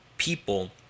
people